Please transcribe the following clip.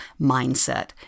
mindset